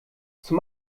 zum